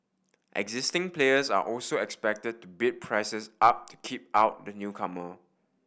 existing players are also expected to bid prices up to keep out the newcomer